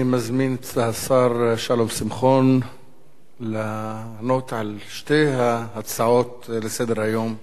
אני מזמין את השר שלום שמחון לענות על שתי ההצעות לסדר-היום שהועלו.